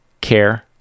care